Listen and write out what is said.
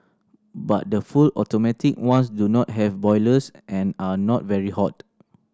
but the full automatic ones do not have boilers and are not very hot